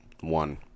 One